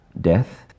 death